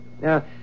Now